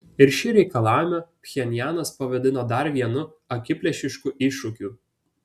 ir šį reikalavimą pchenjanas pavadino dar vienu akiplėšišku iššūkiu